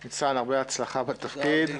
ניצן, הרבה הצלחה בתפקיד.